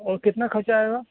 اور کتنا خرچہ آئے گا